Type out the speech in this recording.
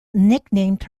nicknamed